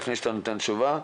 לפני שאתה נותן תשובה.